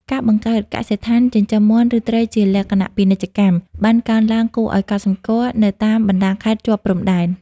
ការបង្កើតកសិដ្ឋានចិញ្ចឹមមាន់ ឬត្រីជាលក្ខណៈពាណិជ្ជកម្ម បានកើនឡើងគួរឱ្យកត់សម្គាល់នៅតាមបណ្ដាខេត្តជាប់ព្រំដែន។